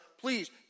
Please